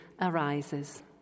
arises